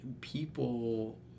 People